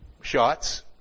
shots